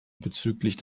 bezüglich